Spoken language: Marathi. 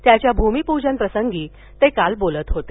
त्याच्या भूमिपूजन प्रसंगी ते काल बोलत होते